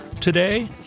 today